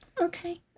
Okay